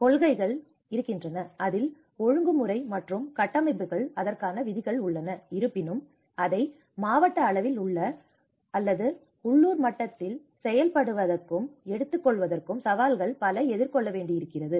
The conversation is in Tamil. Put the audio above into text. கொள்கைகள் இருக்கின்றன அதில் ஒழுங்குமுறை மற்றும் கட்டமைப்புகள் அதற்கான விதிகள் உள்ளன இருப்பினும் அதை மாவட்ட அளவில் அல்லது உள்ளூர் மட்டத்தில் செயல்படுத்துவதற்கும் எடுத்துக் கொள்வதற்கும் சவால்கள் பல எதிர் கொள்ள வேண்டியிருக்கிறது